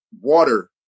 water